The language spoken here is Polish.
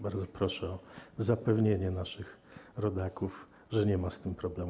Bardzo proszę o zapewnienie naszych rodaków, że nie ma z tym problemu.